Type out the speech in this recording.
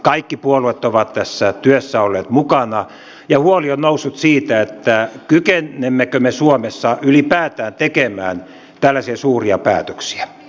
kaikki puolueet ovat tässä työssä olleet mukana ja huoli on noussut siitä kykenemmekö me suomessa ylipäätään tekemään tällaisia suuria päätöksiä